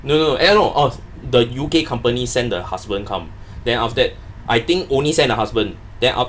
no no eh no uh the U_K company sent the husband come then after that I think only send the husband then